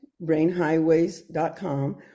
brainhighways.com